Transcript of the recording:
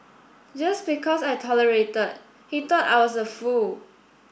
just because I tolerated he thought I was a fool